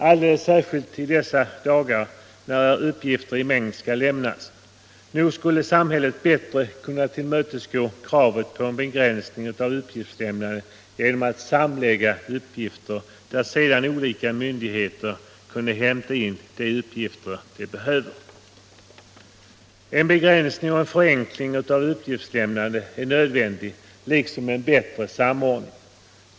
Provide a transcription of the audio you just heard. Alldeles särskilt aktuell är den frågan i dessa dagar när uppgifter i mängd skall lämnas. Nog skulle samhället bättre kunna tillmötesgå kravet på en begränsning av uppgiftslämnandet genom att sammanföra uppgifterna så att sedan olika myndigheter kunde hämta de uppgifter de behöver där. En begränsning och en förenkling av uppgiftslämnandet är nödvändig liksom en samordning.